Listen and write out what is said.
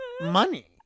money